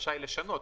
רשאי לשנות.